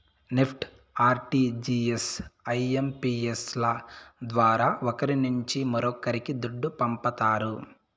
NEFT, RTGS, IMPS ల ద్వారా ఒకరి నుంచి మరొక్కరికి దుడ్డు పంపతారు